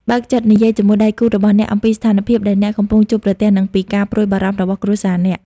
បើកចិត្តនិយាយជាមួយដៃគូរបស់អ្នកអំពីស្ថានភាពដែលអ្នកកំពុងជួបប្រទះ និងពីការព្រួយបារម្ភរបស់គ្រួសារអ្នក។